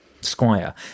Squire